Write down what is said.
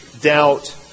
doubt